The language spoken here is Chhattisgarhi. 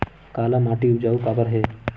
काला माटी उपजाऊ काबर हे?